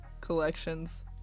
collections